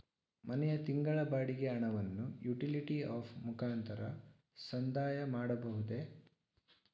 ಮನೆಯ ತಿಂಗಳ ಬಾಡಿಗೆ ಹಣವನ್ನು ಯುಟಿಲಿಟಿ ಆಪ್ ಮುಖಾಂತರ ಸಂದಾಯ ಮಾಡಬಹುದೇ?